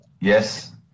Yes